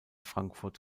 frankfurt